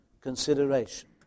consideration